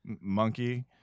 monkey